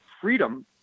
freedom—